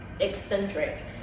eccentric